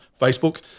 Facebook